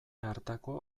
hartako